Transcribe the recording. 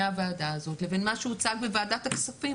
הוועדה הזאת לבין מה שהוצג בוועדת הכספים,